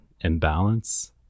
imbalance